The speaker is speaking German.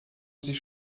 sich